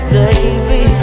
baby